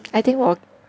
I think 我